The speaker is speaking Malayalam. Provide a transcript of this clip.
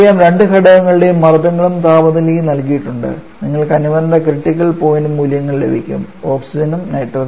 രണ്ട് ഘടകങ്ങൾക്കും മർദ്ദങ്ങളും താപനിലയും നൽകിയിട്ടുണ്ട് നിങ്ങൾക്ക് അനുബന്ധ ക്രിട്ടിക്കൽ പോയിന്റ് മൂല്യങ്ങൾ ലഭിക്കും ഓക്സിജനും നൈട്രജനും